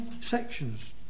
sections